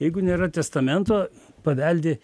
jeigu nėra testamento paveldi